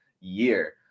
year